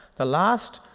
the last,